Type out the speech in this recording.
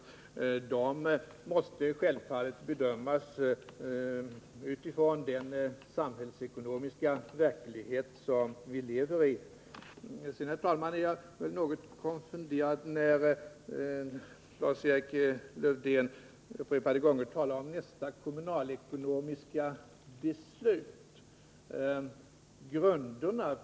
Bedömningen måste självfallet ske med hänsyn till den samhällsekonomiska verklighet som vi lever i. Sedan, herr talman, blev jag något konfunderad när Lars-Erik Lövdén upprepade gånger talade om nästa kommunalekonomiska beslut.